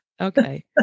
Okay